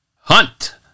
Hunt